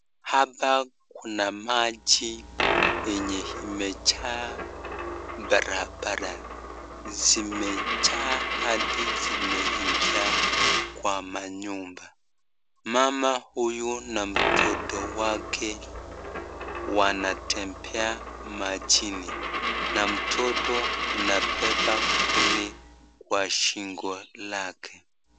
Hapa kuna maji yenye yamejaa barabara zimejaa hadi zimeingia kwa manyumba. Mama huyu na mtoto wake wanatembea majini. Na mtoto anabeba kuni kwa shingo lake.